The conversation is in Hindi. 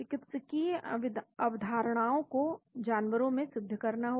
चिकित्सीय अवधारणाओं को जानवरों में सिद्ध करना होगा